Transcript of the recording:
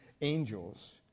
angels